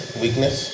weakness